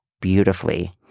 beautifully